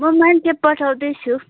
म मान्छे पठाउँदै छु